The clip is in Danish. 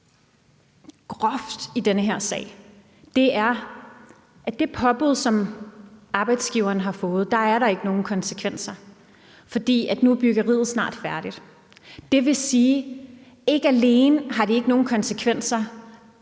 groft i den her sag. Det er, at i det påbud, som arbejdsgiveren har fået, er der ikke nogen konsekvenser, fordi byggeriet nu snart er færdigt. Det vil sige, at det ikke alene ikke har nogen konsekvenser,